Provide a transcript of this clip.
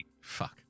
Fuck